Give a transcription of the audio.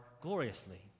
gloriously